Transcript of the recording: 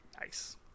Nice